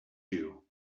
you